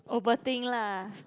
overthink lah